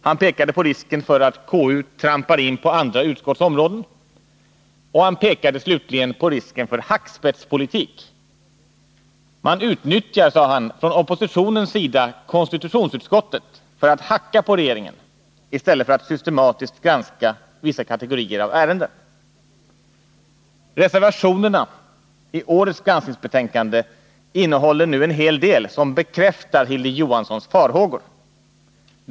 Han visade på risken för att Onsdagen den KU trampar in på andra utskotts områden, och han pekade slutligen på 20 maj 1981 risken för ”hackspettspolitik”: ”Man utnyttjar”, sade han, ”från oppositionens sida konstitutionsutskottet för att hacka på regeringen i stället för att systematiskt granska vissa kategorier av ärenden.” Reservationerna till årets granskningsbetänkande innehåller nu en hel del som bekräftar Hilding Johanssons farhågor.